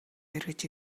эргэж